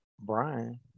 Brian